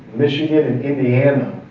michigan and indiana,